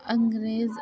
انگریز